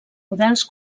models